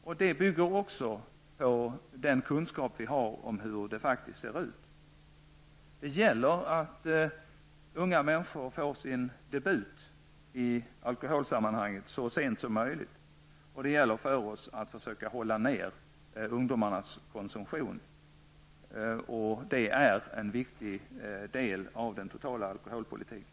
Även detta bygger på den kunskap vi har om hur situationen faktiskt ser ut. Det gäller att unga människor får sin debut i alkoholsammanhang så sent som möjligt, och det gäller för oss att försöka hålla nere ungdomarnas konsumtion. Detta utgör en viktig del av den totala alkoholpolitiken.